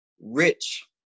rich